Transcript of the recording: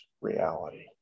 reality